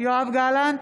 יואב גלנט,